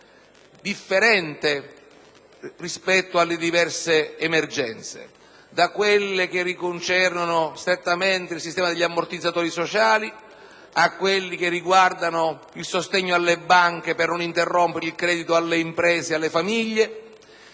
di sostegno rispetto alle diverse emergenze: da quelli che concernono strettamente il sistema degli ammortizzatori sociali, a quelli riguardanti il sostegno alle banche per non interrompere il credito alle imprese e alle famiglie,